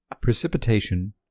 Precipitation